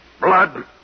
Blood